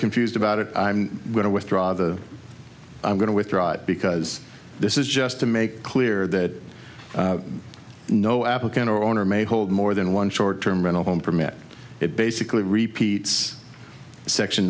confused about it i'm going to withdraw the i'm going to withdraw it because this is just to make clear that no applicant or owner may hold more than one short term rental home permit it basically repeats section